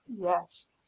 yes